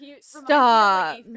stop